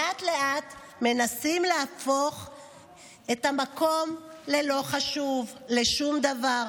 לאט-לאט מנסים להפוך את המקום ללא חשוב, לשום דבר.